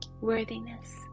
worthiness